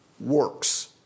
works